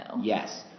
Yes